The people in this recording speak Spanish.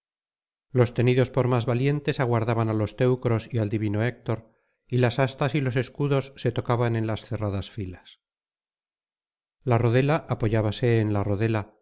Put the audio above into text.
los tenidos por más valientes aguardaban á los teneros y al divino héctor y las astas y los escudos se tocaban en las cerradas filas la rodela apoyábase en la rodela